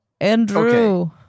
Andrew